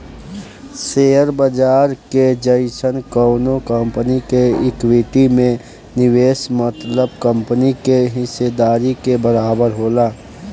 share बाजार के जइसन कवनो कंपनी के इक्विटी में निवेश मतलब कंपनी के हिस्सेदारी के बराबर होला